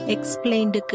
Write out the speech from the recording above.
Explained